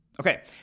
Okay